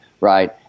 right –